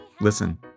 listen